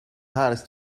hardest